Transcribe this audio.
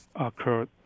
occurred